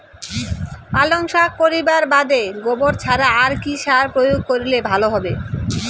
পালং শাক করিবার বাদে গোবর ছাড়া আর কি সার প্রয়োগ করিলে ভালো হবে?